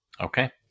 Okay